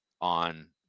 on